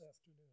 afternoon